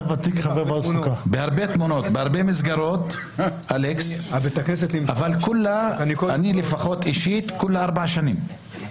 אני אישית בסך הכול ארבע שנים.